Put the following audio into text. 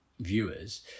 viewers